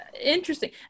interesting